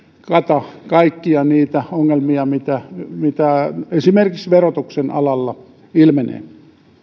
kata kaikkia niitä ongelmia mitä mitä esimerkiksi verotuksen alalla ilmenee